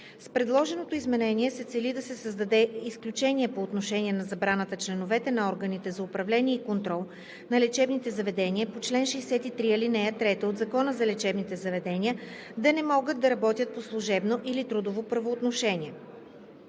С предложеното изменение се цели да се създаде изключение по отношение на забраната членовете на органите за управление и контрол на лечебните заведения по чл. 63, ал. 3 от Закона за лечебните заведения да не могат да работят по служебно или трудово правоотношение.